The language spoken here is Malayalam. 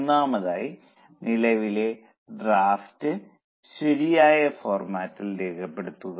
ഒന്നാമതായി നിലവിലെ ഡ്രാഫ്റ്റ് ശരിയായ ഫോർമാറ്റിൽ രേഖപ്പെടുത്തുക